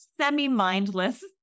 semi-mindless